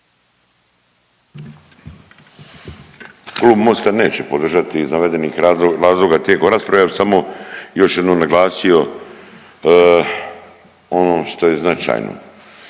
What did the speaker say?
Klub Mosta neće podržati iz navedenih razloga tijekom rasprave. Ja bi samo još jednom naglasio ono što je značajno.